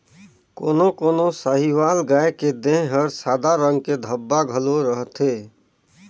कोनो कोनो साहीवाल गाय के देह हर सादा रंग के धब्बा घलो रहथे